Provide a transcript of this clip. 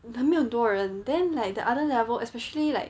没有很多人 and then like the other levels especially like